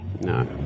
No